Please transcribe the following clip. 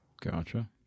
Gotcha